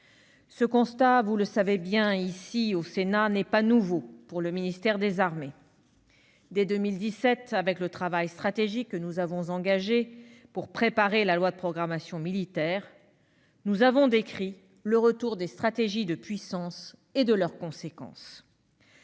Ce constat- vous le savez bien, ici, au Sénat -n'est pas nouveau pour le ministère des armées. Dès 2017, dans le cadre du travail stratégique engagé pour préparer la loi de programmation militaire, nous avions décrit le retour des stratégies de puissance et leurs conséquences.